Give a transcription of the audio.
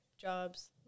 jobs